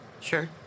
sure